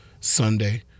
Sunday